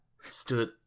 Stood